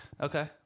Okay